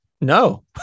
no